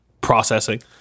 processing